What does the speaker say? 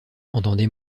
entendez